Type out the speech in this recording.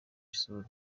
isura